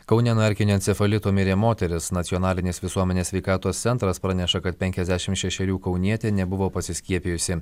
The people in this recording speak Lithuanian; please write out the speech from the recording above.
kaune nuo erkinio encefalito mirė moteris nacionalinės visuomenės sveikatos centras praneša kad penkiasdešimt šešerių kaunietė nebuvo pasiskiepijusi